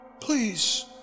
Please